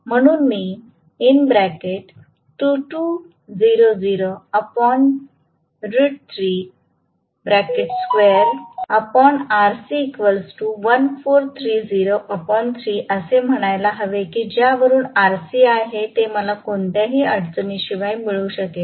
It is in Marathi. म्हणून मी असे म्हणायला हवे की ज्यावरून Rc आहे ते मला कोणत्याही अडचणीशिवाय मिळू शकेल